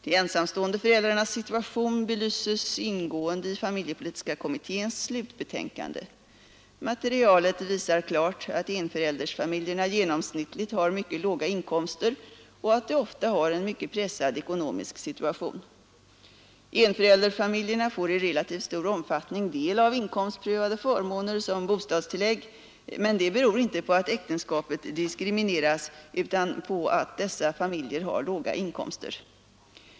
De ensamstående föräldrarnas situation belyses ingående i familjepolitiska kommitténs slutbetänkande. Materialet visar klart att enförälderfamiljerna genomsnittligt har mycket låga inkomster och att de ofta har en mycket pressad ekonomisk situation. vade förmåner som bostadstillägg men det beror inte på att äktenskapet diskrimineras utan på att dessa familjer har låga inkomster.